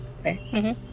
Okay